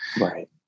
Right